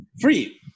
free